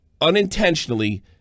unintentionally